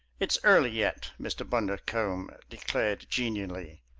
it's early yet, mr. bundercombe declared genially.